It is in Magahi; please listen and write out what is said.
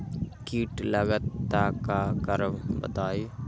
कीट लगत त क करब बताई?